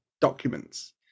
documents